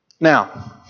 Now